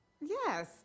Yes